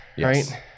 right